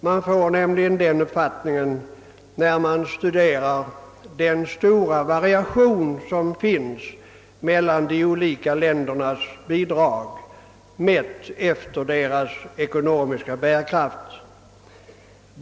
Man får nämligen den uppfattningen när man studerar den stora variationen mellan de olika ländernas bidrag, mätt efter deras ekonomiska bärkraft.